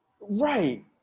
right